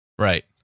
Right